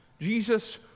Jesus